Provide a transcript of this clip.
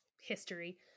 history